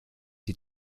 sie